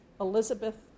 Elizabeth